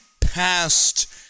past